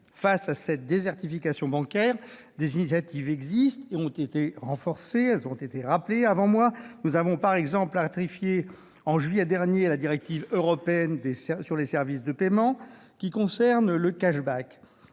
Face à cette désertification bancaire, des initiatives existent et ont été renforcées- elles ont été rappelées par de précédents orateurs. Nous avons par exemple ratifié, en juillet dernier, la directive européenne sur les services de paiement, qui concerne le.